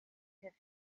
have